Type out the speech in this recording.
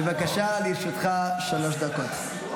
בבקשה, לרשותך שלוש דקות.